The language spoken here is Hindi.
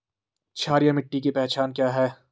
क्षारीय मिट्टी की पहचान क्या है?